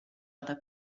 other